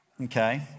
Okay